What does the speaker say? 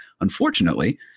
unfortunately